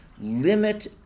limit